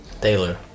Taylor